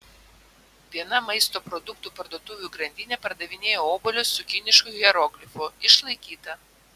viena maisto produktų parduotuvių grandinė pardavinėja obuolius su kinišku hieroglifu išlaikyta